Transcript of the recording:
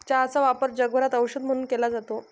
चहाचा वापर जगभरात औषध म्हणून केला जातो